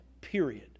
period